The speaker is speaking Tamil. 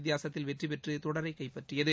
வித்தியாசத்தில் வெற்றி பெற்று தொடரை கைப்பற்றியது